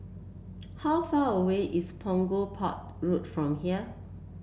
how far away is Punggol Port Road from here